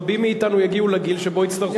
רבים מאתנו יגיעו לגיל שבו יצטרכו דיור,